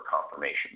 confirmation